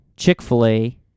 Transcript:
chick-fil-a